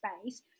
space